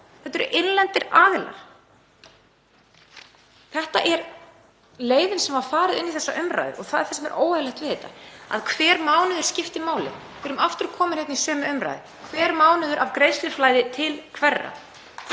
Þetta eru innlendir aðilar. Þetta er leiðin sem var farin inn í þessa umræðu og það er það sem er óeðlilegt við þetta. Hver mánuður skiptir máli, er sagt. Við erum aftur komin hérna í sömu umræðu. Hver mánuður af greiðsluflæði til hverra?